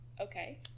okay